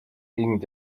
ging